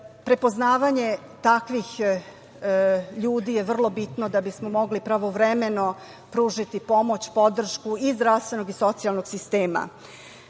Prepoznavanje takvih ljudi je vrlo bitno da bismo mogli pravovremeno pružiti pomoć, podršku i zdravstvenog i socijalnog sistema.